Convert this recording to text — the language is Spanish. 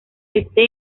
este